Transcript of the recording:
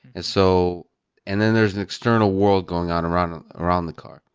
and so and then there's an external world going on around on around the car.